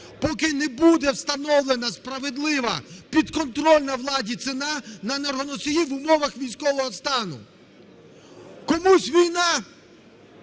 поки не буде встановлена справедлива, підконтрольна владі ціна на енергоносії в умовах військового стану. Комусь – війна,